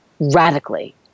radically